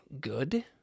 good